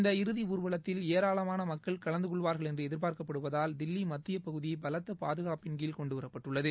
இந்த இறுதி ஊர்வலத்தில் ஏராளமான மக்கள் கலந்து கொள்வார்கள் என்று எதிர்பார்க்கப்படுவதால் தில்லி மத்திய பகுதி பலத்த பாதுகாப்பின் கீழ் கொண்டுவரப்பட்டுள்ளது